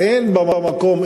שאין במקום,